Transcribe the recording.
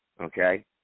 okay